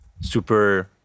super